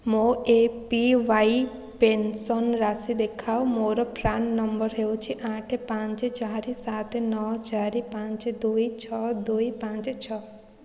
ମୋ A P Y pension ରାଶି ଦେଖାଅ ମୋର ପ୍ରାନ୍ ନମ୍ବର୍ ହେଉଛି ଆଠ ପାଞ୍ଚ ଚାରି ସାତ ନଅ ଚାରି ପାଞ୍ଚ ଦୁଇ ଛଅ ଦୁଇ ପାଞ୍ଚ ଛଅ